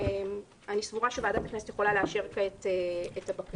אני סבורה שוועדת הכנסת יכולה לאשר כעת את הבקשה.